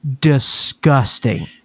disgusting